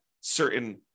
certain